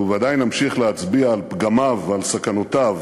אנחנו ודאי נמשיך להצביע על פגמיו ועל סכנותיו,